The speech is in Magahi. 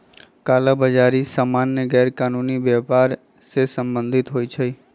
कला बजारि सामान्य गैरकानूनी व्यापर से सम्बंधित होइ छइ